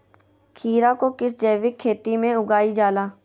खीरा को किस जैविक खेती में उगाई जाला?